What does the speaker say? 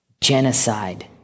Genocide